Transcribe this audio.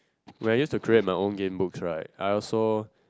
where I used to create my own game books right I also